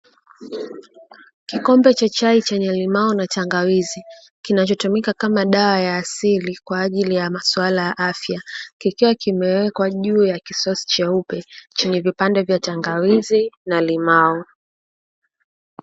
Kikombe cha chai chenye limao na tangawizi kinachotumika kama dawa ya asili kwa ajili ya masuala ya afya, kikiwa kimewekwa juu ya kisosi cheupe chenye vipande vya tangawizi na limao.